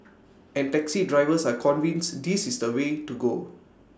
and taxi drivers are convinced this is the way to go